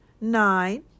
nine